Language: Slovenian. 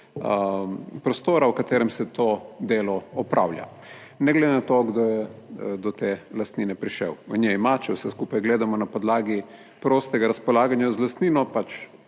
prostora, v katerem se to delo opravlja, ne glede na to, kdo je do te lastnine prišel in je ima, če vse skupaj gledamo na podlagi prostega razpolaganja z lastnino, pač